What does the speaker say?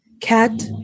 Cat